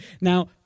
Now